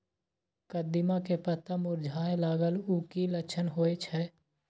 कदिम्मा के पत्ता मुरझाय लागल उ कि लक्षण होय छै?